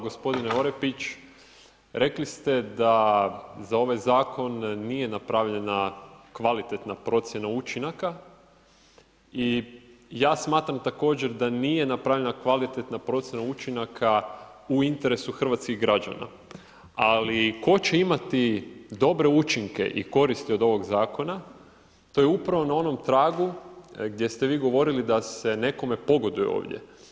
Gospodine Orepić, rekli ste da za ovaj zakon nije napravljena kvalitetna procjena učinaka i ja smatram također da nije napravljena kvalitetna procjena učinaka u interesu Hrvatskih građana, ali tko će imati dobre učinke i koristi od ovog zakona, to je upravo na onom tragu gdje ste vi govorili da se nekome pogoduje ovdje.